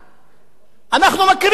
אנחנו מכירים את זה מיישובים אחרים